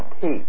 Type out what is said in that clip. teeth